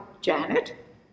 Janet